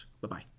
Bye-bye